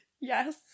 Yes